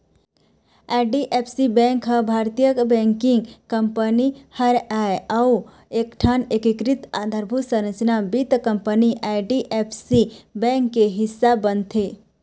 IDFC bank ह भारतीय banking company हरय जउन एकठन एकीकृत अधारभूत संरचना वित्त कंपनी आई.डी.एफ.सी बेंक के हिस्सा बनथे